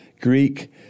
Greek